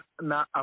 na